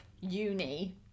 uni